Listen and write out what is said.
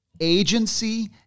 agency